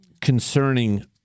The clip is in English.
concerning